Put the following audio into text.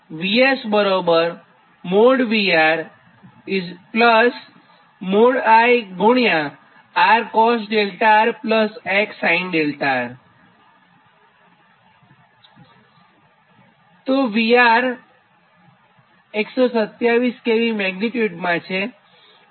તો VR 127 kV magnitude છે